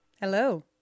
Hello